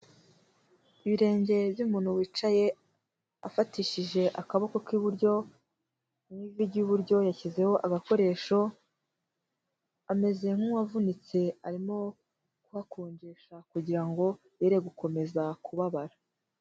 Ibirenge by'umuntu wicaye afatishije akaboko k'iburyo, mu ivi ry'iburyo yashyizeho agakoresho, ameze nk'uwavunitse arimo kuhakonjesha kugira ngo yere gukomeza kubabara.